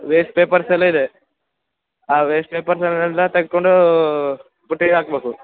waste papers ಎಲ್ಲ ಇದೆ ಆ ವೇಸ್ಟ್ ಪೇಪರ್ಸ್ ಎಲ್ಲ ತಗೊಂಡೂ ಬುಟ್ಟಿಗೆ ಹಾಕ್ಬೇಕು